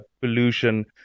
pollution